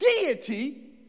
deity